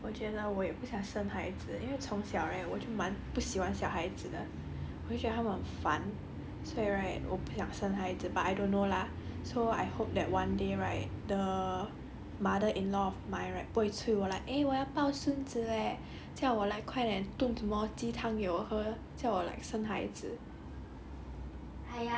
for me right 我觉得我也不想生孩子因为从小 leh 我就满不喜欢小孩子的我觉得他们烦虽然 right 我不想生孩子 but I don't know lah so I hope that one day right the mother-in-law of mine right 不会吹我 like eh 我要抱孙子 leh 叫我来快点炖什么鸡汤给我喝叫我来生孩子